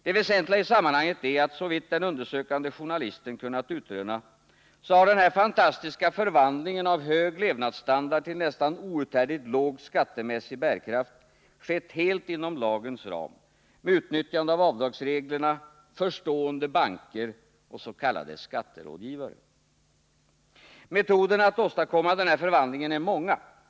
Det väsentliga i sammanhanget är att såvitt den undersökande journalisten kunnat utröna har den fantastiska förvandlingen av hög levnadsstandard till nästan outhärdligt låg skattemässig bärkraft skett helt inom lagens ram med utnyttjande av avdragsreglerna, förstående banker och s.k. skatterådgivare. Metoderna att åstadkomma den här förvandlingen är många.